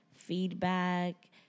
feedback